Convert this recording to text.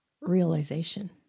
realization